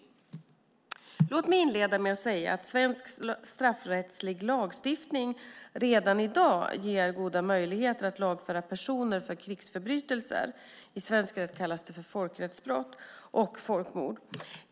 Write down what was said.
Låt mig inleda med att säga att svensk straffrättslig lagstiftning redan i dag ger goda möjligheter att lagföra personer för krigsförbrytelser, i svensk rätt kallat folkrättsbrott, och folkmord.